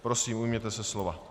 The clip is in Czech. Prosím, ujměte se slova.